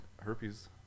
herpes